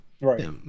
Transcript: Right